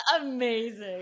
amazing